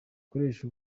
ikoresha